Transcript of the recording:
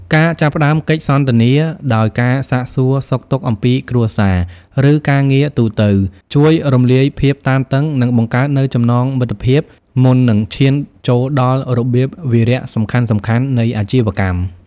ការចាប់ផ្ដើមកិច្ចសន្ទនាដោយការសាកសួរសុខទុក្ខអំពីគ្រួសារ ឬការងារទូទៅ ជួយរំលាយភាពតានតឹង និងបង្កើតនូវចំណងមិត្តភាពមុននឹងឈានចូលដល់របៀបវារៈសំខាន់ៗនៃអាជីវកម្ម។